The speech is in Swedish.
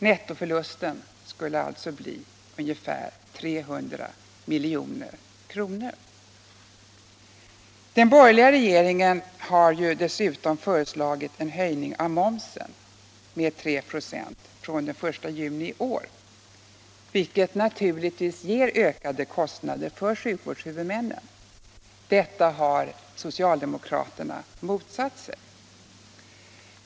Nettoförlusten skulle alltså bli ungefär 300 milj.kr. Den borgerliga regeringen har dessutom föreslagit en höjning av momsen med 3 96 från den 1 juni i år, vilket naturligtvis ger ökade kostnader för sjukvårdshuvudmännen. Detta har socialdemokraterna motsatt sig.